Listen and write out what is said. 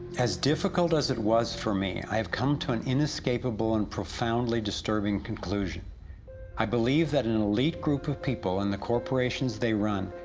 as difficult as it was for me, i've come to an inescapable and profoundly disturbing conclusion i belive that an elite group of people and the corporations they run,